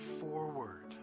forward